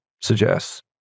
suggests